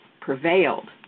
prevailed